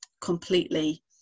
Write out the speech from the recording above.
completely